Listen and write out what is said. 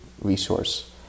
resource